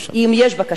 אם יש בקשה.